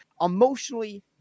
emotionally